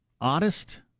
oddest